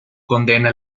condena